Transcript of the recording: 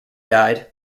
died